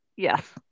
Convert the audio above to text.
Yes